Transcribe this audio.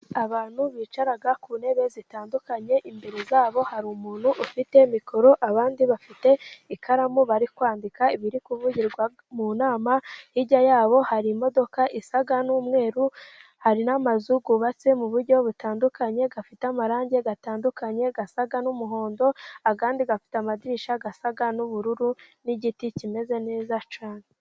Abantu bicara ku ntebe zitandukanye, imbere yabo hari umuntu ufite mikoro abandi bafite ikaramu, bari kwandika ibiri kuvugirwa mu nama, hijya yabo hari imodoka isa n'umweru hari n'amazu yubatse mu buryo butandukanye, afite amarangi atandukanye asa n'umuhondo, andi afite amadirishya asa n'ubururu n'igiti kimeze neza cyane.